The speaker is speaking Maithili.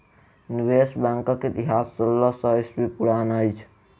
निवेश बैंकक इतिहास सोलह सौ ईस्वी पुरान अछि